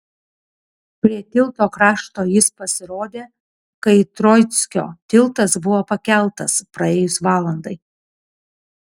prie tilto krašto jis pasirodė kai troickio tiltas buvo pakeltas praėjus valandai